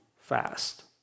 fast